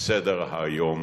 בסדר-היום